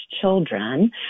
children